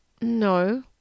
No